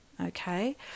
okay